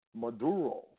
Maduro